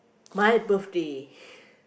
my birthday